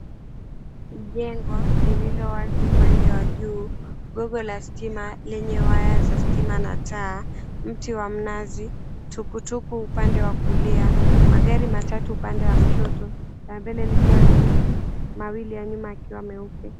Jengo lililo wazi upande wa juu, gogo la stima lenye waya za stima na taa, mti wa mnazi, tukutuku upande wa kulia. Magari matatu upande wa kushoto, la mbele likiwa leusi, mawili ya nyuma yakiwa meupe.